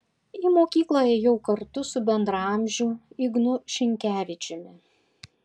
į mokykla ėjau kartu su bendraamžiu ignu šinkevičiumi